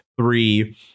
three